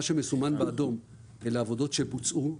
מה שמסומן באדום אלה עבודות שבוצעו.